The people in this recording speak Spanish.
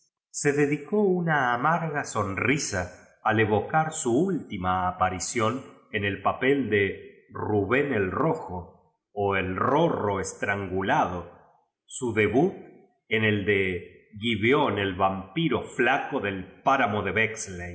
se dedicó una amarga sonrisa al evocar su última aparición en el papel de kubén el hoja o el rorro estrangulado su debut en el de gíbeon el vampiro flaco del pá ramo de